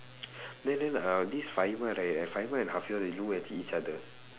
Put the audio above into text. then then uh this right and faheezah they know actually each other